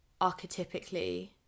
archetypically